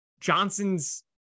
Johnson's